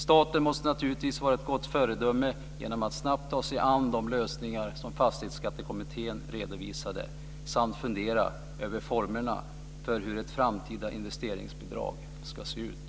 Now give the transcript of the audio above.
Staten måste naturligtvis vara ett gott föredöme genom att snabbt ta sig an de lösningar som Fastighetsskattekommittén redovisat samt fundera över formerna för hur ett framtida investeringsbidrag ska se ut.